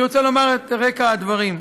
אני רוצה לומר את רקע הדברים.